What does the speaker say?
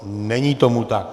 Není tomu tak.